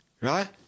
right